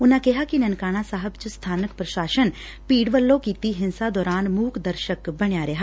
ਉਨਾਂ ਕਿਹਾ ਕਿ ਨਨਕਾਣਾ ਸਾਹਿਬ ਚ ਸਬਾਨਕ ਪ੍ਰਸ਼ਾਸਨ ਭੀੜ ਵੱਲੋਂ ਕੀਤੀ ਹਿੰਸਾ ਦੌਰਾਨ ਮੁਕ ਦਰਸ਼ਕ ਬਣਿਆ ਰਿਹਾ